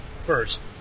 first